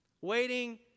Waiting